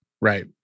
Right